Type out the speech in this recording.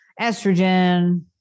estrogen